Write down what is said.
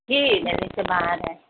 جی دہلی سے باہر ہیں